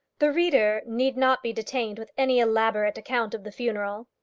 the reader need not be detained with any elaborate account of the funeral.